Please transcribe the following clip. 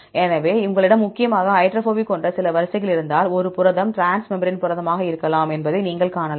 எனவே உங்களிடம் முக்கியமாக ஹைட்ரோபோபிக் கொண்ட சில வரிசைகள் இருந்தால் புரதம் ஒரு டிரான்ஸ்மேம்பிரேன் புரதமாக இருக்கலாம் என்பதை நீங்கள் காணலாம்